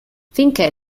finché